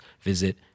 visit